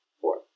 Four